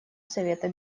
совета